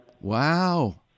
wow